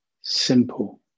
simple